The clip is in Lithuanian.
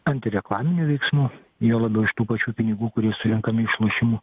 antireklaminių veiksmų juo labiau iš tų pačių pinigų kurie surenkami iš lošimų